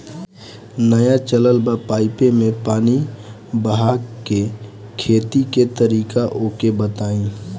नया चलल बा पाईपे मै पानी बहाके खेती के तरीका ओके बताई?